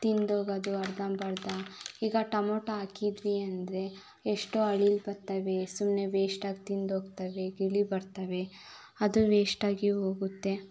ತಿಂದೋಗೋದು ಅರ್ಧಂಬರ್ಧ ಈಗ ಟೊಮೆಟೋ ಹಾಕಿದ್ವಿ ಅಂದರೆ ಎಷ್ಟೋ ಅಳಿಲು ಬರ್ತವೆ ಸುಮ್ಮನೆ ವೇಷ್ಟಾಗಿ ತಿಂದೋಗ್ತಾವೆ ಗಿಳಿ ಬರ್ತವೆ ಅದು ವೇಷ್ಟಾಗಿ ಹೋಗುತ್ತೆ